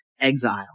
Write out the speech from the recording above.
exile